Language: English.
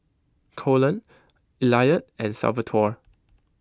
Colon Elliot and Salvatore